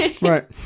Right